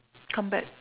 come back